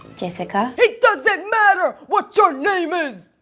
jessica. it doesn't matter what your name is!